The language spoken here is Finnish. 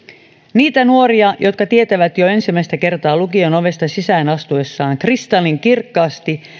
niitä nuoria jotka tietävät jo ensimmäistä kertaa lukion ovesta sisään astuessaan kristallinkirkkaasti